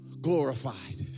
glorified